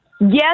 Yes